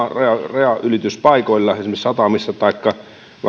rajanylityspaikoilla esimerkiksi satamissa taikka